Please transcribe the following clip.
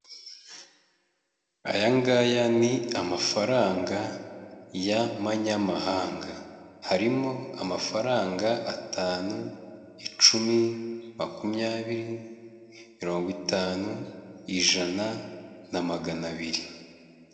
Aya ngaya ni amafaranga y'amanyamahanga, harimo amafaranga atanu, icumi, makumyabiri, mirongo itanu, ijana, na magana abiri.